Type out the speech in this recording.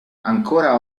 ancora